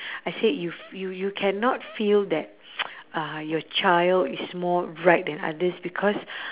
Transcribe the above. I said you f~ you you cannot feel that uh your child is more right than others because